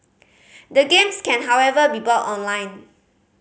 the games can however be bought online